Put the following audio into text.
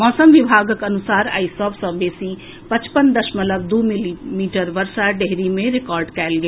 मौसम विभागक अनुसार आइ सभसॅ बेसी पचपन दशमलव दू मिलीमीटर वर्षा डेहरी मे रिकॉर्ड कएल गेल